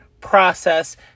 process